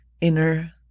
Inner